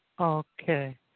Okay